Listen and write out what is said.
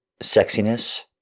Sexiness